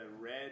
red